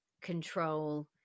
control